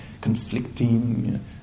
conflicting